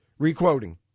Requoting